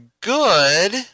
good